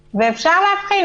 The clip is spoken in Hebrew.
בפניכם.